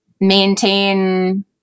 maintain